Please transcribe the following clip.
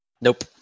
Nope